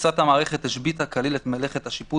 קריסת המערכת השביתה כליל את מלאכת השיפוט